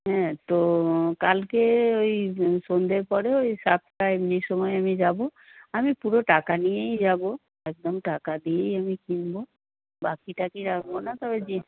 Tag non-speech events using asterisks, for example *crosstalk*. হ্যাঁ তো কালকে ওই সন্ধের পরে ওই সাতটা এমনি সময় আমি যাবো আমি পুরো টাকা নিয়েই যাবো একদম টাকা দিয়েই আমি কিনবো বাকি টাকি রাখবো না তবে *unintelligible*